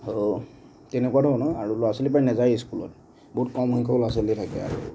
তেনেকুৱা ধৰণৰ আৰু ল'ৰা ছোৱালীবোৰে নাযায়ে স্কুলত বহুত কম সংখ্যক ল'ৰা ছোৱালীহে থাকে আৰু